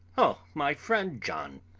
oh my friend john!